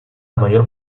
mayor